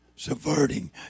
Subverting